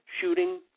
shooting